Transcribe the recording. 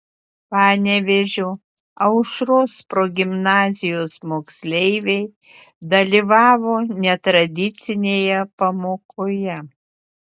panevėžio aušros progimnazijos moksleiviai dalyvavo netradicinėje pamokoje